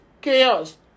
chaos